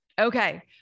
okay